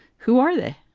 who are they?